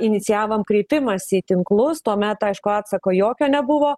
inicijavom kreipimąsi į tinklus tuomet aišku atsako jokio nebuvo